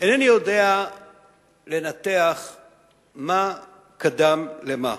אינני יודע לנתח מה קדם למה: